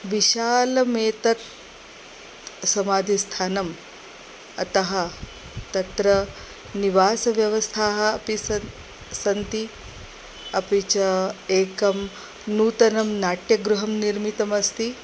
विशालमेतत् समाधिस्थानम् अतः तत्र निवासव्यवस्थाः अपि सन्ति सन्ति अपि च एकं नूतनं नाट्यगृहं निर्मितमस्ति